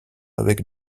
avec